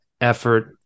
effort